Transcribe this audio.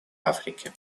африке